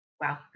Wow